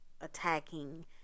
attacking